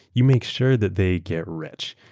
you make sure that they get rich.